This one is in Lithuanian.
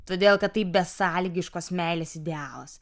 todėl kad tai besąlygiškos meilės idealas